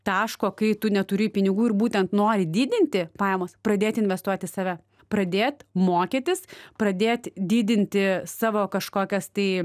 taško kai tu neturi pinigų ir būtent nori didinti pajamas pradėt investuot į save pradėt mokytis pradėt didinti savo kažkokias tai